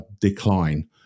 decline